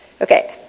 Okay